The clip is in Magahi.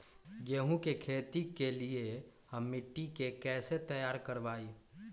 गेंहू की खेती के लिए हम मिट्टी के कैसे तैयार करवाई?